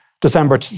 December